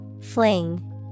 Fling